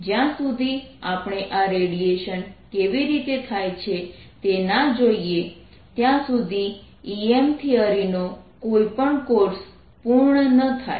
જ્યાં સુધી આપણે આ રેડિયેશન કેવી રીતે થાય છે તે ના જોઈએ ત્યાં સુધી EM થિયરીનો કોઈ પણ કોર્સ પૂર્ણ ન થાય